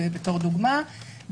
לדוגמה,